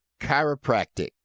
chiropractic